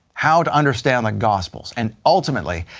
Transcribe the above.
how to understand the gospels, and ultimately,